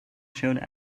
showed